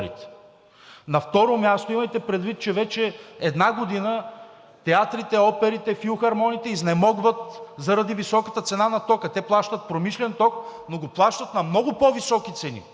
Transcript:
На второ място, имайте предвид, че вече една година театрите, оперите, филхармониите изнемогват заради високата цена на тока. Те плащат промишлен ток, но го плащат на много по-високи цени